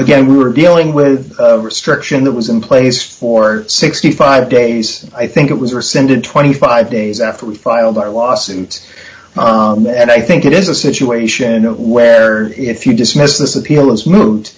again we were dealing with restriction that was in place for sixty five days i think it was rescinded twenty five days after we filed lawsuits and i think it is a situation where if you dismiss this appeal is mo